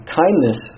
kindness